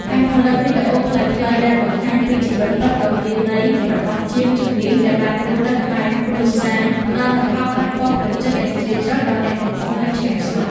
ការផលិតវីដេអូខ្លីៗដែលបង្ហាញពីជីវិតពិតដ៏មានន័យរបស់ជាងជំនាញដែលបានរស់នៅក្បែរគ្រួសារ ផ្ដល់នូវផលប៉ះពាល់ផ្លូវចិត្តយ៉ាងជ្រាលជ្រៅដល់អ្នកដែលកំពុងនៅឆ្ងាយស្រុក។